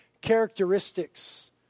characteristics